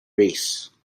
race